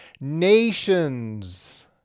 Nations